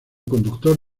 conductor